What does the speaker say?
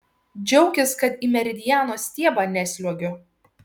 džiaukis kad į meridiano stiebą nesliuogiu